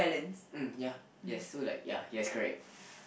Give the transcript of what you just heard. mm ya yes so like ya yes correct